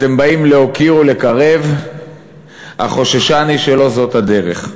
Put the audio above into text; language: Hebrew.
אתם באים להוקיר ולקרב, אך חוששני שלא זאת הדרך.